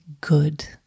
good